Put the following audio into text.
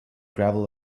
gravel